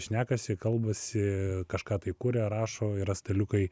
šnekasi kalbasi kažką tai kuria rašo yra staliukai